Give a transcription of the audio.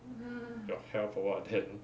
your health or what then